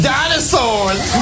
Dinosaurs